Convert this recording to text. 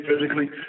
physically